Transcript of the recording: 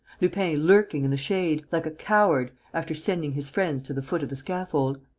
lupin lurking in the shade, like a coward, after sending his friends to the foot of the scaffold.